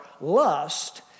lust